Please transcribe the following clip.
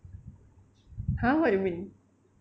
!huh! what you mean